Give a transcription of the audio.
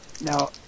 Now